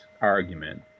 argument